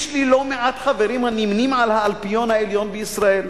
יש לי לא מעט חברים הנמנים עם האלפיון העליון בישראל.